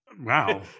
wow